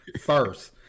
first